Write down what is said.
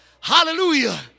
Hallelujah